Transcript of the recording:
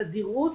תדירות